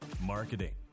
marketing